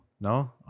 No